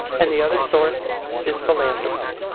and the other source is philanthropy.